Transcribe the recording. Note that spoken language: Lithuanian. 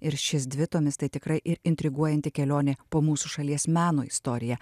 ir šis dvitomis tai tikra ir intriguojanti kelionė po mūsų šalies meno istoriją